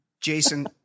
Jason